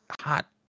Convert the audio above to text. hot